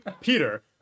Peter